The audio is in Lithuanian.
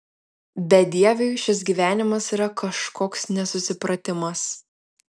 bedieviui šis gyvenimas yra kažkoks nesusipratimas